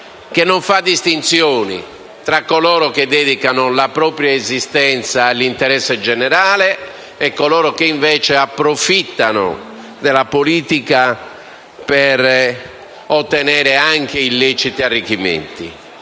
che non fa distinzioni tra coloro che dedicano la propria esistenza all'interesse generale e coloro che, invece, approfittano della politica per ottenere illeciti arricchimenti.